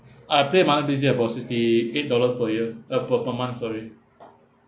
I pay on monthly basis about sixty eight dollars per year uh per per month sorry